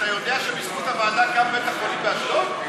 אתה יודע שבזכות הוועדה קם בית החולים באשדוד?